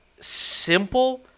simple